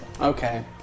Okay